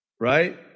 right